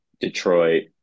Detroit